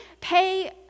pay